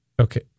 Okay